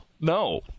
No